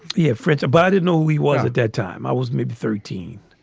yeah. fritz. but i didn't know he was a dead time. i was maybe thirteen.